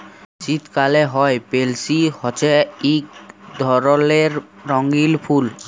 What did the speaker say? শীতকালে হ্যয় পেলসি হছে ইক ধরলের রঙ্গিল ফুল